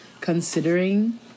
Considering